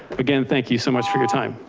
again, thank you so much for your time.